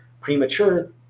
premature